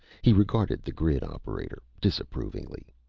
he regarded the grid operator disapprovingly.